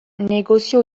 negozio